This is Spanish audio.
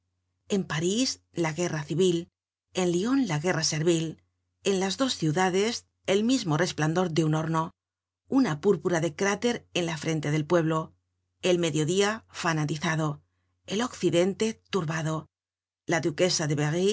en parís la guerra civil en lyon la guerra servil en las dos ciudades el mismo resplandor de un horno una púrpura de cráter en la frente del pueblo el mediodía fanatizado el occidente turbado la duquesa de